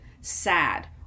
sad